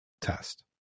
test